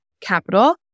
capital